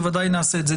בוודאי נעשה את זה.